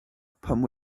pam